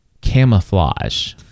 camouflage